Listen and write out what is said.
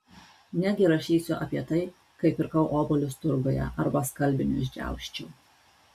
negi rašysiu apie tai kaip pirkau obuolius turguje arba skalbinius džiausčiau